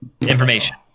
information